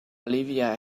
olivia